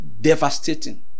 devastating